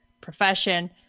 profession